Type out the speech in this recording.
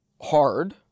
hard